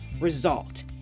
result